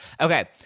Okay